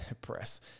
press